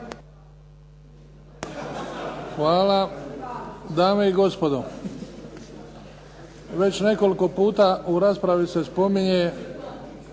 Hvala. Dame i gospodo, već nekoliko puta u raspravi se spominje